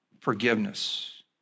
forgiveness